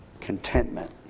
contentment